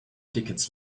tickets